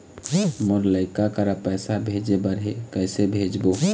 मोर लइका करा पैसा भेजें बर हे, कइसे भेजबो?